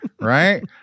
right